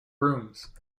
rooms